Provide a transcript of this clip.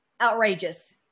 outrageous